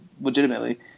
legitimately